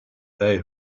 they